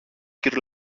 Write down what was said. κυρ